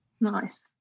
Nice